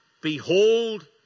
Behold